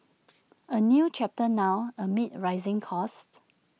A new chapter now amid rising costs